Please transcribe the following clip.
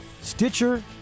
Stitcher